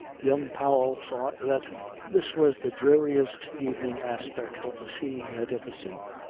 young powell thought that this was the dreariest evening aspect of the sea he had ever seen.